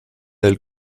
del